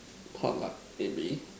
potluck maybe